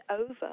over